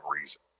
reason